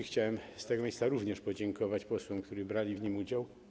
Chciałbym z tego miejsca również podziękować posłom, którzy aktywnie brali w nim udział.